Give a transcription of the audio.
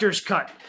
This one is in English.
cut